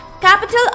capital